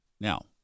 Now